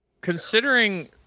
Considering